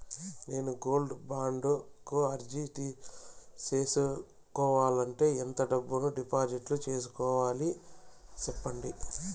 నేను gold bond కు అర్జీ సేసుకోవాలంటే ఎంత డబ్బును డిపాజిట్లు సేసుకోవాలి సెప్పండి